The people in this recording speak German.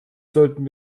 sollten